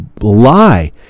lie